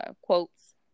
quotes